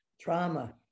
Trauma